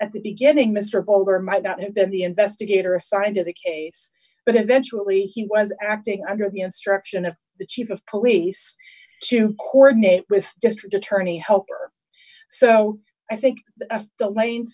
at the beginning mr boger might not have been the investigator assigned to the case but eventually he was acting under the instruction of the chief of police to coordinate with district attorney helper so i think the f the